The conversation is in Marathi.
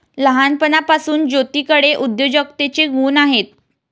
लहानपणापासून ज्योतीकडे उद्योजकतेचे गुण आहेत